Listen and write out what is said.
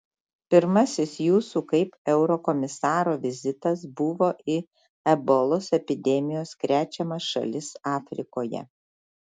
pirmasis jūsų kaip eurokomisaro vizitas buvo į ebolos epidemijos krečiamas šalis afrikoje